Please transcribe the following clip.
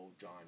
John